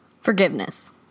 Forgiveness